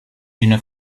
d’une